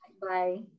Bye